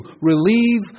relieve